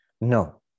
No